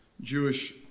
Jewish